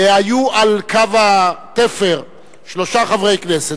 היו על קו התפר שלושה חברי כנסת,